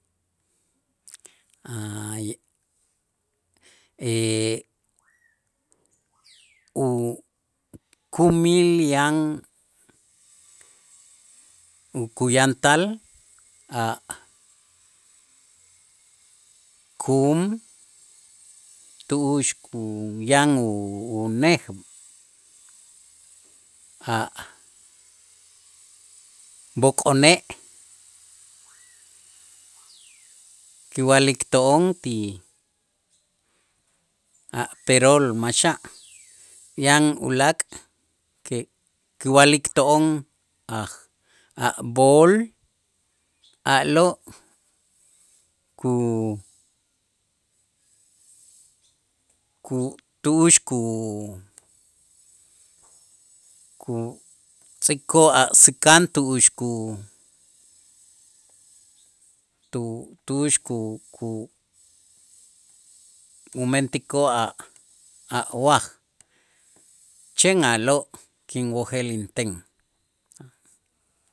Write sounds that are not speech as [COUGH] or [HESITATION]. [HESITATION] Ukumil yan ukuyaantal a' kum tu'ux yan unej a' b'ok'one' kiwa'lik to'on ti a' perol maxa', yan ulaak' ki- kiwa'lik to'on aj a' b'ol a'lo' ku- ku tu'ux ku- ku- kutz'ikoo' a' säkan tu'ux ku tu tu'ux ku- ku- umentikoo' a' waj chen a'lo' kinwojel inten.